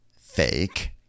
fake